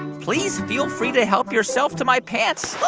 and please feel free to help yourself to my pants